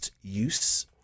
use